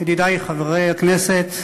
ידידי חברי הכנסת,